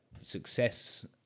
success